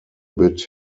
bit